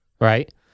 right